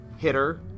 hitter